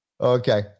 Okay